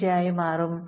95 ആയി മാറും